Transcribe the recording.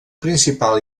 principal